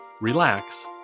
relax